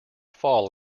fall